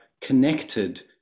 connected